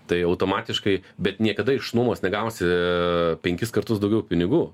tai automatiškai bet niekada iš nuomos negausi penkis kartus daugiau pinigų